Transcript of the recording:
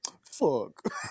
fuck